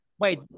Wait